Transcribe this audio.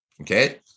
okay